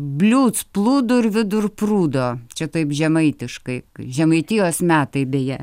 bliūds plūdur vidur prūdo čia taip žemaitiškai žemaitijos metai beje